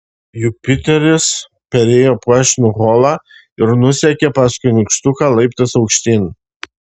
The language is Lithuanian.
jupiteris perėjo puošnų holą ir nusekė paskui nykštuką laiptais aukštyn